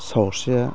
सावस्रिया